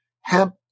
hemp